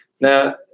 Now